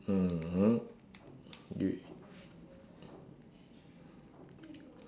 mmhmm you